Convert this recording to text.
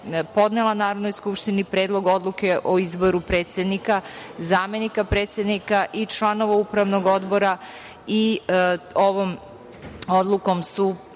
podnela Narodnoj skupštini Predlog odluke o izboru predsednika, zamenika predsednika i članova Upravnog odbora. Ovom odlukom su